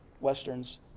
westerns